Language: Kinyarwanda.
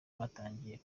batangiye